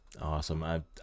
Awesome